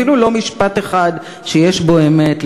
אפילו לא משפט אחד שיש בו אמת.